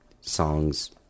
songs